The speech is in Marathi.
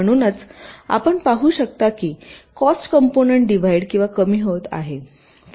म्हणूनच आपण पाहु शकता की कॉस्ट कंपोनंन्ट डिव्हाईड किंवा कमी होत आहे पुन्हा स्लाइडवर परत येत आहे